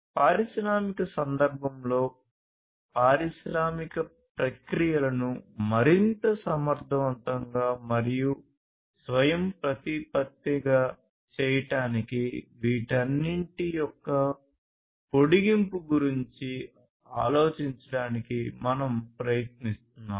పారిశ్రామిక సందర్భంలో పారిశ్రామిక ప్రక్రియలను మరింత సమర్థవంతంగా మరియు స్వయంప్రతిపత్తిగా చేయడానికి వీటన్నింటి యొక్క పొడిగింపు గురించి ఆలోచించడానికి మనం ప్రయత్నిస్తున్నాము